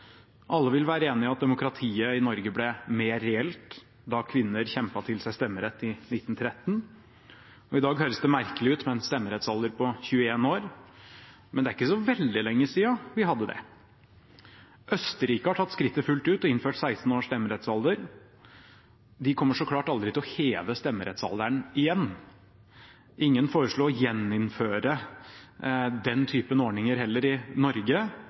Alle vil være enige om at demokratiet i Norge ble mer reelt da kvinner kjempet til seg stemmerett i 1913. Og i dag høres det merkelig ut med en stemmerettsalder på 21 år, men det er ikke så veldig lenge siden vi hadde det. Østerrike har tatt skrittet fullt ut og innført 16 års stemmerettsalder. De kommer så klart aldri til å heve stemmerettsalderen igjen. Ingen foreslo å gjeninnføre den typen ordninger heller i Norge